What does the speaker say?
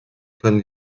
können